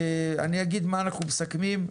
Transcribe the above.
אני אגיד מה אנחנו מסכמים.